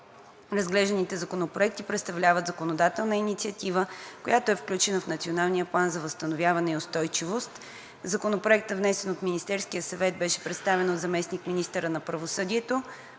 Разглежданите законопроекти представляват законодателна инициатива, която е включена в Националния план за възстановяване и устойчивост. Законопроектът, внесен от Министерския съвет, беше представен от заместник-министъра на правосъдието,